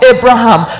Abraham